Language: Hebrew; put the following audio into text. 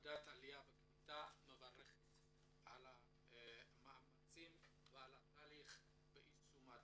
ועדת העלייה והקליטה מברכת על המאמצים והתהליך ביישום הדו"ח.